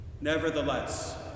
Nevertheless